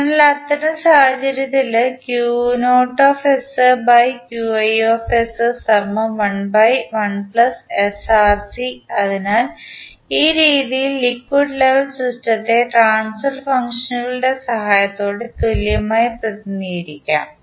അതിനാൽ അത്തരം സാഹചര്യങ്ങളിൽ അതിനാൽ ഈ രീതിയിൽ ലിക്വിഡ് ലെവൽ സിസ്റ്റത്തെ ട്രാൻസ്ഫർ ഫംഗ്ഷനുകളുടെ സഹായത്തോടെ തുല്യമായി പ്രതിനിധീകരിക്കാം